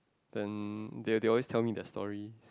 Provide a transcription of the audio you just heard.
then they they'll always tell me their story